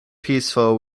peaceful